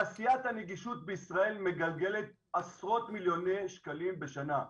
תעשיית הנגישות בישראל מגלגלת עשרות מיליוני שקלים בשנה,